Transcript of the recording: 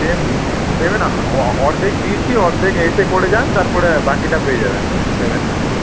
না অর্ধেক দিয়েছি অর্ধেক এসে করে যান তারপরে বাকিটা পেয়ে যাবেন পেমেন্ট পুরো